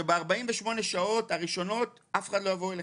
שב-48 שעות הראשונות אף אחד לא יבוא אליכם.